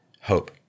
hope